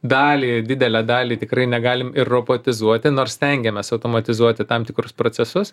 dalį didelę dalį tikrai negalim ir robotizuoti nors stengiamės automatizuoti tam tikrus procesus